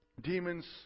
demons